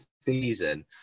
season